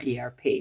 ERP